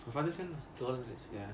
to holland village